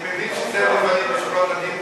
אני מבין שזה לפנים משורת הדין,